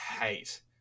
hate